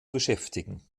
beschäftigen